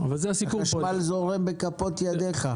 החשמל זורם בכפות ידיך.